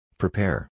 prepare